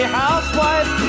housewife